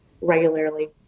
regularly